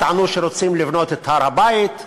טענו שרוצים לבנות את הר-הבית,